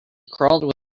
crawled